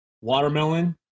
watermelon